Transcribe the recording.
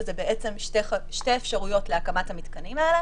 שהם בעצם שתי אפשרויות להקמת המתקנים האלה